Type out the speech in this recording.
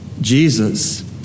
Jesus